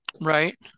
Right